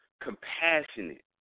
compassionate